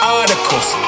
articles